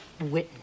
witness